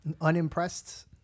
unimpressed